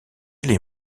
les